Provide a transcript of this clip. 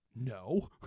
No